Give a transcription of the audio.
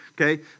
Okay